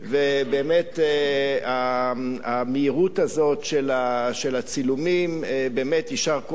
ובאמת המהירות הזאת של הצילומים, באמת יישר כוח.